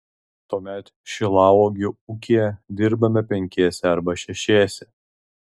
tuomet šilauogių ūkyje dirbame penkiese arba šešiese